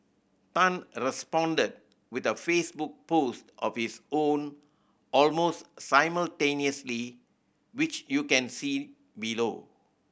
tan responded with a Facebook post of his own almost simultaneously which you can see below